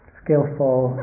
skillful